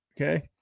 okay